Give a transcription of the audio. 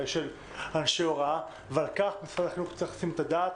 של אנשי הוראה ועל כך משרד החינוך צריך לתת את הדעת.